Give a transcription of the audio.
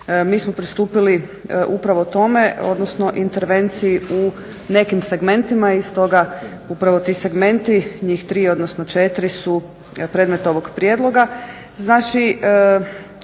Mi smo postupili upravo tome, odnosno intervenciji u nekim segmentima i s toga upravo ti segmenti njih tri odnosno četiri su predmet ovog prijedloga.